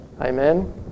Amen